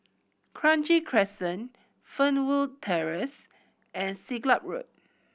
Kranji Crescent Fernwood Terrace and Siglap Road